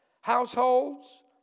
households